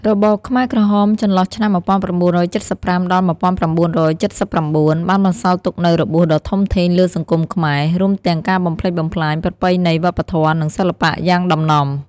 របបខ្មែរក្រហមចន្លោះឆ្នាំ១៩៧៥ ដល់១៩៧៩ បានបន្សល់ទុកនូវរបួសដ៏ធំធេងលើសង្គមខ្មែរ រួមទាំងការបំផ្លិចបំផ្លាញប្រពៃណីវប្បធម៌ និងសិល្បៈយ៉ាងដំណំ។